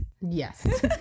Yes